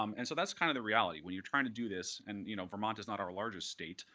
um and so that's kind of the reality. when you're trying to do this and you know vermont is not our largest state,